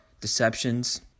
deceptions